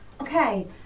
Okay